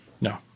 no